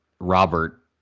Robert